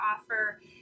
offer